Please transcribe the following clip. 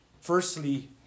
Firstly